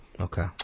Okay